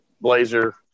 blazer